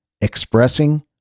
Expressing